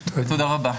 תודה רבה.